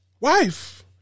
Wife